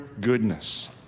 goodness